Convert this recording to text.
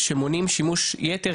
שמונעים שימוש יתר,